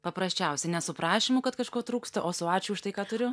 paprasčiausiai ne su prašymu kad kažko trūksta o su ačiū už tai ką turiu